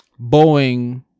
boeing